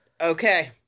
Okay